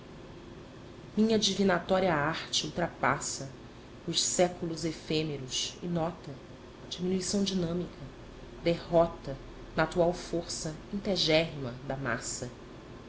minha divinatória arte ultrapassa os séculos efêmeros e nota diminuição dinâmica derrota na atual força integérrima da massa